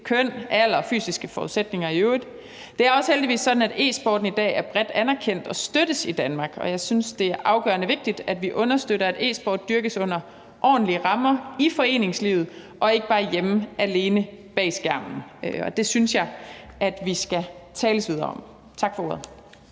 køn, alder og fysiske forudsætninger i øvrigt. Det er heldigvis også sådan, at e-sporten i dag er bredt anerkendt og støttes i Danmark, og jeg synes, det er afgørende vigtigt, at vi understøtter, at e-sport dyrkes under ordentlige rammer i foreningslivet og ikke bare hjemme alene bag skærmen, og det synes jeg vi skal tales ved om. Tak for ordet.